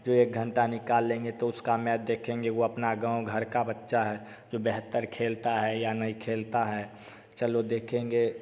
जो एक घंटा निकाल लेंगे तो उसका मैच देखेंगे वो अपना गाँव घर का बच्चा है जो बेहतर खेलता है या नहीं खेलता है चलो देखेंगे